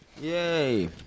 Yay